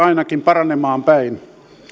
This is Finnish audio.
ainakin paranemaan päin